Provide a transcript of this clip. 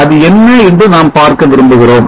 அது என்ன என்று நாம் பார்க்க விரும்புகிறோம்